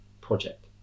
project